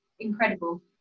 Incredible